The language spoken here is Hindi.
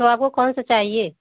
तो आपको कौन सा चाहिए